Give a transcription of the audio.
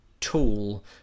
tool